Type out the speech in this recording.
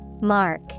Mark